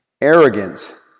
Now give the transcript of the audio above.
arrogance